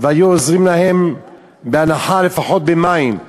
והיו עוזרים להן בהנחה, לפחות במים.